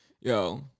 yo